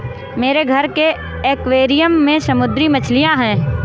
मेरे घर के एक्वैरियम में समुद्री मछलियां हैं